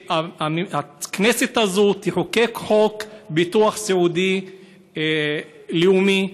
שהכנסת הזאת תחוקק חוק ביטוח סיעודי לאומי,